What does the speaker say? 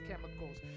chemicals